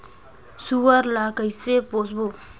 सुअर ला कइसे पोसबो?